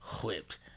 whipped